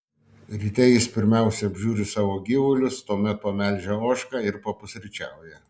ryte jis pirmiausia apžiūri savo gyvulius tuomet pamelžia ožką ir papusryčiauja